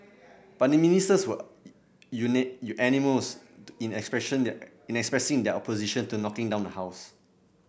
but the Ministers were animals in in expressing their opposition to knocking down the house